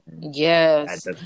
Yes